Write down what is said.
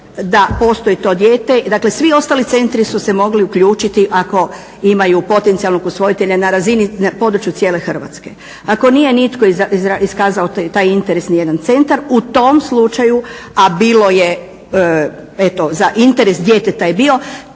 da postoji to dijete, dakle svi ostali centri su se mogli uključiti ako imaju potencijalnog usvojitelja na razini, na području cijele Hrvatske. Ako nije nitko iskazao taj interes ni jedan centar u tom slučaju, a bilo je eto za interes djeteta je bio,